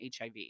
HIV